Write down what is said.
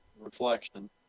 Reflection